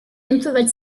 infrared